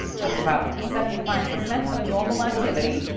that's about seventy five percent of normal activity.